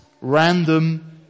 random